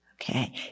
Okay